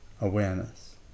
awareness